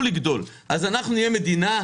אבל זה לא נושא הדיון.